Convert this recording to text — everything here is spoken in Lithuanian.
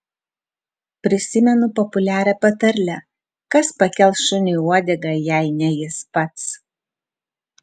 prisimenu populiarią patarlę kas pakels šuniui uodegą jei ne jis pats